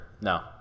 No